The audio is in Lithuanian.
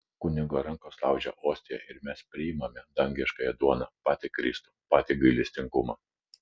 kunigo rankos laužia ostiją ir mes priimame dangiškąją duoną patį kristų patį gailestingumą